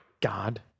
God